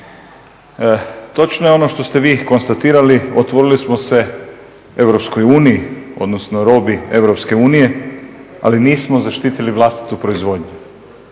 Točno je ono što ste vi konstatirali, otvorili smo se Europskoj uniji, odnosno robi Europske unije ali nismo zaštitili vlastitu proizvodnju,